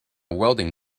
welding